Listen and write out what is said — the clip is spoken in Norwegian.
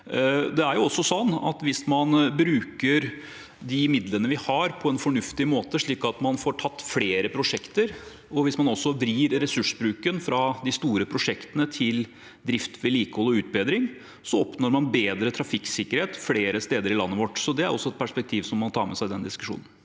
Hvis man bruker de midlene vi har, på en fornuftig måte, slik at man får tatt flere prosjekter, og hvis man vrir ressursbruken fra de store prosjektene over til drift, vedlikehold og utbedring, oppnår man bedre trafikksikkerhet flere steder i landet vårt. Det er også et perspektiv man må ta med seg i denne diskusjonen.